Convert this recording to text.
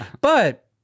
but-